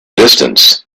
distance